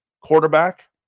quarterback